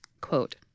quote